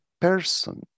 person